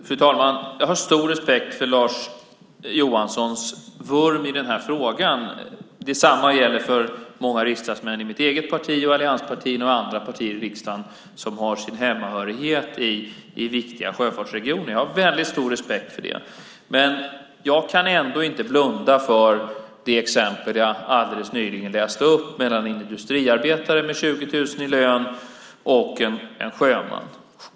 Fru talman! Jag har stor respekt för Lars Johanssons vurm för den här frågan. Samma gäller för många riksdagsmän i mitt eget parti, allianspartierna och andra partier i riksdagen som har sin hemmahörighet i viktiga sjöfartsregioner. Jag har stor respekt för det. Jag kan ändå inte blunda för det exempel jag alldeles nyligen läste upp, om en industriarbetare med 20 000 i lön och en sjöman.